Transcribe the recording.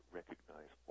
recognize